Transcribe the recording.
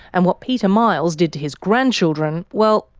and what peter miles did to his grandchildren, well,